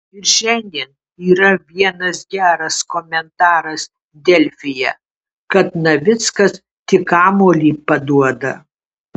ir šiandien yra vienas geras komentaras delfyje kad navickas tik kamuolį paduoda